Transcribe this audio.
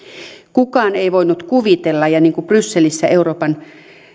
kukaan ei voinut kuvitella ja brysselissä